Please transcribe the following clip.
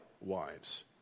wives